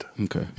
Okay